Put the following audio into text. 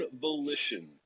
volition